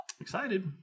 Excited